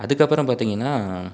அதுக்கப்புறம் பார்த்திங்கன்னா